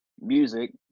music